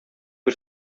бер